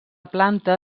planta